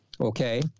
Okay